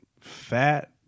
fat